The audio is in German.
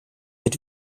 mit